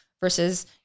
versus